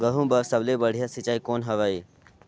गहूं बर सबले बढ़िया सिंचाई कौन हवय?